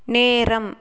நேரம்